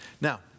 Now